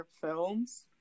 films